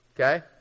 Okay